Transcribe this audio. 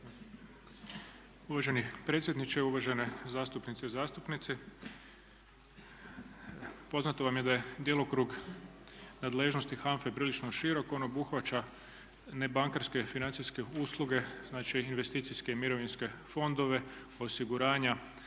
Uvaženi predsjedniče, uvaženi zastupnice i zastupnici. Poznato vam je da je djelokrug nadležnosti HANFA-e prilično širok. On obuhvaća nebankarske financijske usluge, znači investicijske i mirovinske fondove, osiguranja,